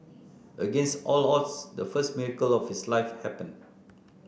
against all odds the first miracle of his life happened